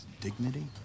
dignity